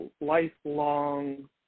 lifelong